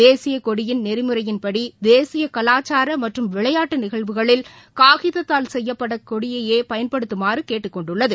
தேசியக் கொடியின் நெறிமுறையின்படிதேசியகலாச்சாரமற்றும் விளையாட்டுநிகழ்வுகளில் காகிதத்தால் செய்யப்பட்டகொடியையேபயன்படுத்துமாறுகேட்டுக்கொண்டுள்ளது